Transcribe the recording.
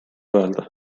öelda